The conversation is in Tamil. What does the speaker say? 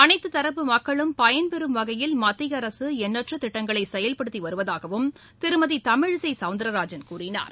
அனைத்து தரப்பு மக்களும் பயன்பெறும் வகையில் மத்திய அரசு எண்ணற்ற திட்டங்களை செயல்படுத்தி வருவதாகவும் திருமதி தமிழிசை சௌந்தரராஜன் கூறினார்